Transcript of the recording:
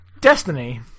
Destiny